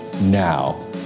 now